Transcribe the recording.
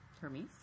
Hermes